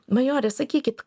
majore sakykit